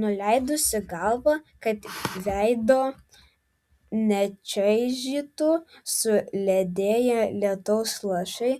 nuleidusi galvą kad veido nečaižytų suledėję lietaus lašai